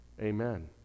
Amen